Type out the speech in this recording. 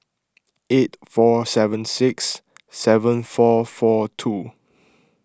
eight four seven six seven four four two